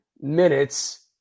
minutes